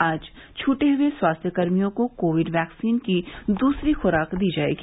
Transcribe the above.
आज छूटे हुए स्वास्थ्य कर्मियों को कोविड वैक्सीन की दूसरी खुराक दी जायेगी